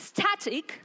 Static